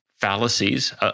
fallacies